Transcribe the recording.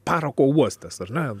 parako uostas ar ne